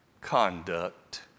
conduct